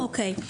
כן.